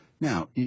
Now